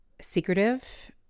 secretive